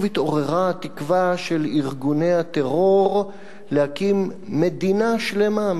התעוררה התקווה של ארגוני הטרור להקים מדינה שלמה,